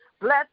Bless